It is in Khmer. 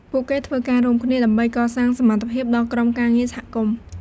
ពួកគេធ្វើការរួមគ្នាដើម្បីកសាងសមត្ថភាព ដល់ក្រុមការងារសហគមន៍។